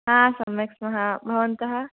हा सम्यक् स्मः भवन्तः